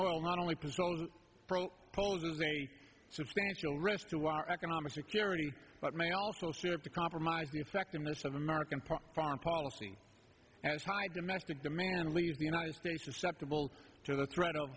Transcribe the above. oil not only push polls and substantial risk to our economic security but may also have to compromise the effectiveness of american foreign policy as high domestic demand leaves the united states susceptible to the threat of